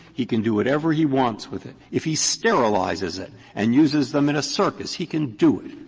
he can do whatever he wants with it. if he sterilizes it and uses them in a circus, he can do it.